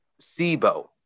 Sibo